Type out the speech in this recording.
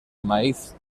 maíz